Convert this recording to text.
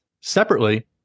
Separately